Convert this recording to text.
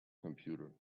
computer